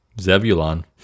Zebulon